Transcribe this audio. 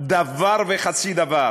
דבר וחצי דבר